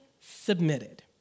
submitted